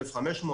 1,500,